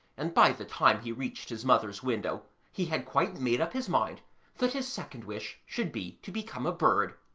and by the time he reached his mother's window he had quite made up his mind that his second wish should be to become a bird.